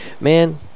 man